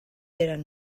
eren